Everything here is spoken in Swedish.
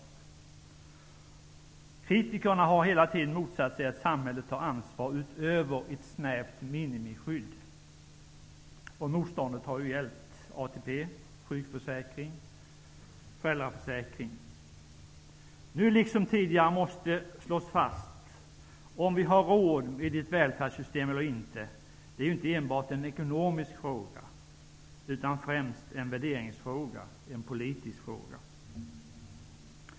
Kritikerna har hela tiden motsatt sig att samhället tar ansvar utöver ett snävt minimiskydd. Motståndet har gällt Nu liksom tidigare måste slås fast om vi har råd med ett välfärdssystem eller inte. Det är inte enbart en ekonomisk fråga, utan främst en värderingsfråga, en politisk fråga.